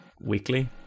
weekly